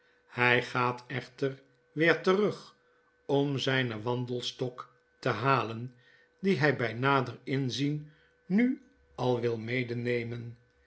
hij gaat echter weer terug om zijn wandelstok te men dien hij bijnaderinzien nu al wil